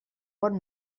bon